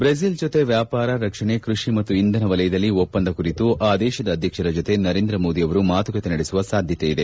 Brazil ಜೊತೆ ವ್ಯಾಪಾರ ರಕ್ಷಣೆ ಕೃಷಿ ಮತ್ತು ಇಂಧನ ವಲಯದಲ್ಲಿ ಒಪ್ಪಂದ ಕುರಿತು ಆ ದೇಶದ ಅಧ್ಯಕ್ಷರ ಜೊತೆ ನರೇಂದ್ರ ಮೋದಿ ಅವರು ಮಾತುಕತೆ ನಡೆಸುವ ಸಾಧ್ಯತೆ ಇದೆ